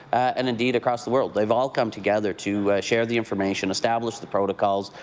and indeed across the world. they've all come together to share the information, establish the protocols,